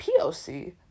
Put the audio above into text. POC